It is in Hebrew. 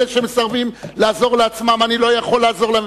אלה שמסרבים לעזור לעצמם, אני לא יכול לעזור להם.